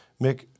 Mick